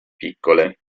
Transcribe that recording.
piccole